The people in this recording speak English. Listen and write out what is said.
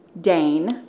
Dane